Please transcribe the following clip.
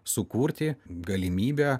sukurti galimybę